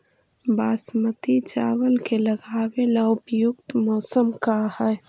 बासमती चावल के लगावे ला उपयुक्त मौसम का है?